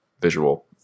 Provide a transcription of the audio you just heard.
visual